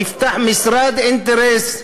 נפתח משרד אינטרס,